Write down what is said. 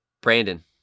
Brandon